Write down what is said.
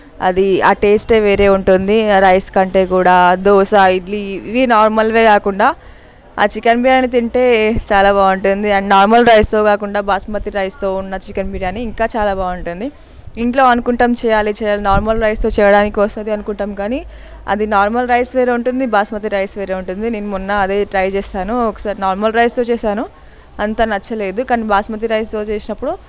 అది ఆ టేస్టే వేరే ఉంటుంది రైస్ కంటే కూడా దోస ఇడ్లీ ఇవి నార్మల్వే కాకుండా ఆ చికెన్ బిర్యాని తింటే చాలా బాగుంటుంది అండ్ నార్మల్ రైస్తో కాకుండా బాస్మతి రైస్తో ఉన్న చికెన్ బిర్యానీ ఇంకా చాలా బాగుంటుంది ఇంట్లో అనుకుంటాం చేయాలి చేయాలి నార్మల్ రైస్తో చేయడానికి వస్తుంది అనుకుంటాం కానీ అది నార్మల్ రైస్ వేరే ఉంటుంది బాస్మతి రైస్ వేరే ఉంటుంది నేను మొన్న అదే ట్రై చేశాను ఒకసారి నార్మల్ రైస్తో చేశాను అంత నచ్చలేదు కానీ బాస్మతి రైస్తో చేసినప్పుడు